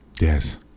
yes